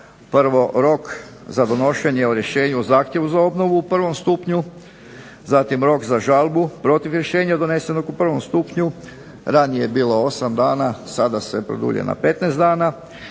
Prvo, rok za donošenje o rješenju o zahtjevu za obnovu u prvom stupnju. Zatim rok za žalbu protiv rješenja donesenog u prvom stupnju. Ranije je bilo 8 dana, sada se produljuje na 15 dana.